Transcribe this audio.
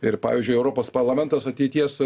ir pavyzdžiui europos parlamentas ateities